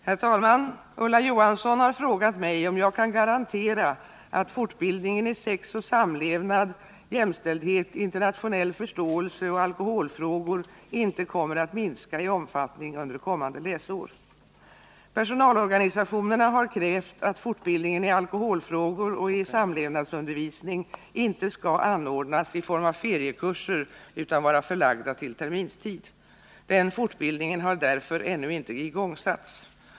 Herr talman! Ulla Johansson har frågat mig om jag kan garantera att fortbildningen i sex och samlevnad, jämställdhet, internationell förståelse och alkoholfrågor inte kommer att minska i omfattning under kommande läsår. Personalorganisationerna har krävt att fortbildningen i alkoholfrågor och i samlevnadsundervisning inte skall anordnas i form av feriekurser utan vara förlagda till terminstid. Den fortbildningen har därför ännu inte igångsatts.